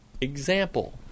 example